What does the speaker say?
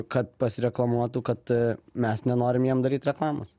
kad pasireklamuotų kad mes nenorim jiem daryt reklamos